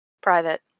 private